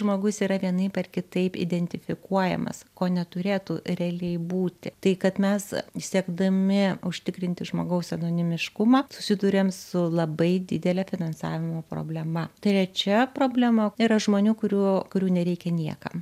žmogus yra vienaip ar kitaip identifikuojamas ko neturėtų realiai būti tai kad mes siekdami užtikrinti žmogaus anonimiškumą susiduriam su labai didelia finansavimo problema trečia problema yra žmonių kurių kurių nereikia niekam